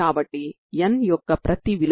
కాబట్టి unxtcos 2n1πx2L